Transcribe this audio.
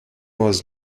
was